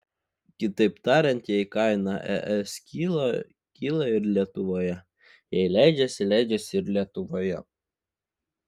kitaip tariant jei kaina es kyla kyla ir lietuvoje jei leidžiasi leidžiasi ir lietuvoje